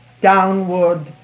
downward